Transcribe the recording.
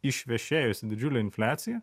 išvešėjusi didžiulė infliacija